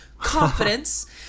confidence